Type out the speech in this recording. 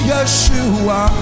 Yeshua